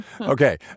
Okay